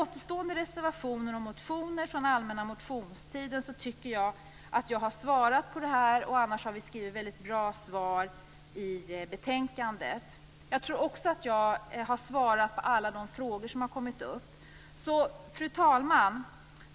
Återstående reservationer och motioner från den allmänna motionstiden tycker jag att jag bemött, och vi har skrivit väldigt bra svar i betänkandet. Därmed har jag svarat på alla frågor som kommit upp.